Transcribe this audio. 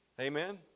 amen